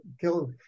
kill